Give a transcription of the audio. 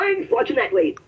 Unfortunately